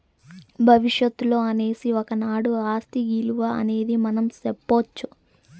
భవిష్యత్తులో అనేసి ఒకనాడు ఆస్తి ఇలువ అనేది మనం సెప్పొచ్చు